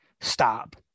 stop